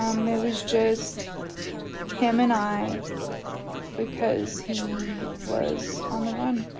um it was just him and i because he was on the run.